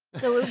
so